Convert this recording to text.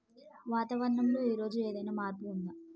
వాతావరణం లో ఈ రోజు ఏదైనా మార్పు ఉందా?